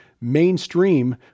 mainstream